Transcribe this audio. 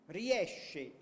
riesce